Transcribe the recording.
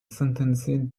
sentenced